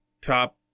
top